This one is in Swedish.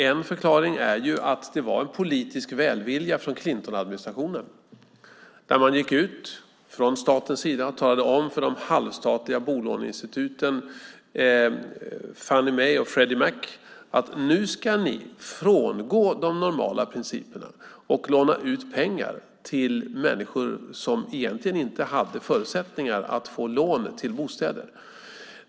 En förklaring är att det fanns en politisk välvilja från Clintonadministrationen där staten gick ut och talade om för de halvstatliga bolåneinstituten Fannie Mae och Freddie Mac att de nu skulle frångå normala principer och låna ut pengar till människor som egentligen inte hade förutsättningar att få lån till bostäder.